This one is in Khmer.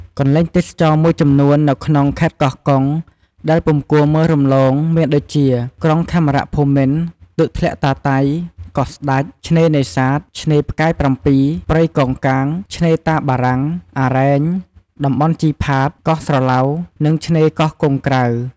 កន្លែងទេសចរណ៍មួយចំនួននៅក្នុងខេត្តកោះកុងដែលពុំគួរមើលរំលង មានដូចជា ក្រុងខេមរភូមិន្ទ ទឹកធ្លាក់តាតៃ កោះស្ដេច ឆ្នេរនេសាទ ឆ្នេរផ្កាយ៧ ព្រៃកោងកាង ឆ្នេរតាបារាំង អារ៉ែង តំបន់ជីផាត កោះស្រឡៅ និងឆ្នេរកោះកុងក្រៅ។